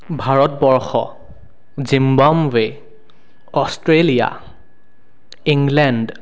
Bharatvarsha Zimbabwe' Australia England